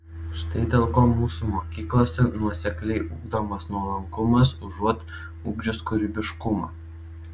štai dėl ko mūsų mokyklose nuosekliai ugdomas nuolankumas užuot ugdžius kūrybiškumą